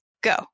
go